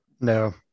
No